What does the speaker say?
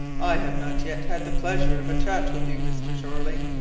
i have not yet had the pleasure of a chat with you, mr. jeorling,